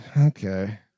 Okay